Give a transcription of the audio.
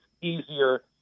easier